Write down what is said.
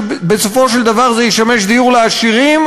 שבסופו של דבר זה ישמש דיור לעשירים,